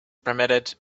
permitted